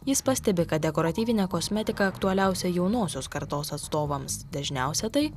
jis pastebi kad dekoratyvinė kosmetika aktualiausia jaunosios kartos atstovams dažniausia tai